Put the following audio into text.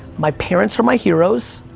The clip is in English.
my parents are my heroes,